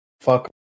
Fuck